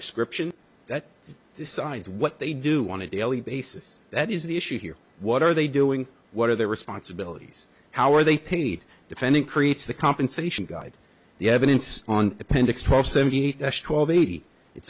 description that decides what they do want to daily basis that is the issue here what are they doing what are their responsibilities how are they paid defending creates the compensation guide the evidence on